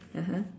(uh huh)